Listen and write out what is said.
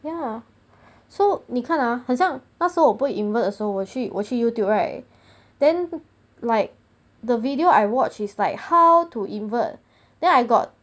ya so 你看 ah 好像那时我不会 invert also 我去我去 youtube right then like the video I watch is like how to invert then I got